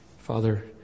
Father